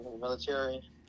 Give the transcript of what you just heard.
military